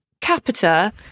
capita